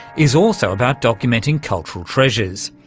is also about documenting cultural treasures.